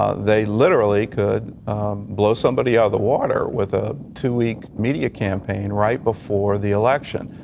they literally could blow somebody out of the water with a two-week media campaign right before the election.